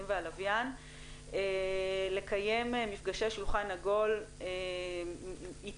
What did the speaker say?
והלוויין לקיים מפגשי שולחן עגול עיתיים,